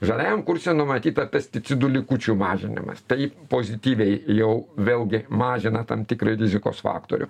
žaliajam kurse numatyta pesticidų likučių mažinimas taip pozityviai jau vėlgi mažina tam tikrą rizikos faktorių